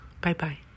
Bye-bye